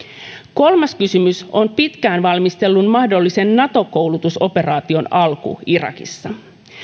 kolmas kysymys on pitkään valmistellun mahdollisen nato koulutusoperaation alku irakissa